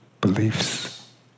beliefs